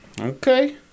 Okay